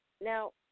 Now